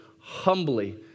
humbly